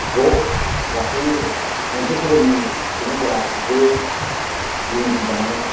ज' लाखियोबो मोनसे धोरोमनि सुबुंफोरा जयै इउनिटि दानानै